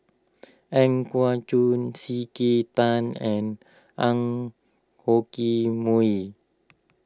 Ang Yau Choon C K Tang and Ang Yoke Mooi